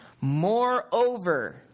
Moreover